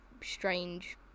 strange